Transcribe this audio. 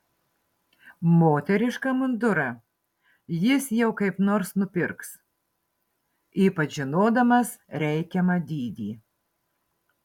moterišką mundurą jis jau kaip nors nupirks ypač žinodamas reikiamą dydį